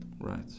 Right